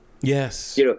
Yes